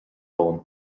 romham